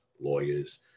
lawyers